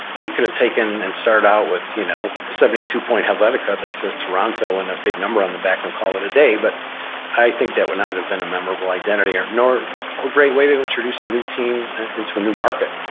we could have taken and started out with you know, seventy two point helvetica that says toronto and a big number on the back and call it a day but i think that would not have been a memorable identity nor a great way to introduce a new team into a new market.